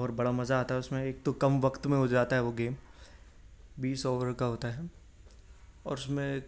اور بڑا مزہ آتا ہے اس میں ایک تو کم وقت میں ہو جاتا ہے وہ گیم بیس اوور کا ہوتا ہے اور اس میں